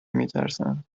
میترسند